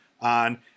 on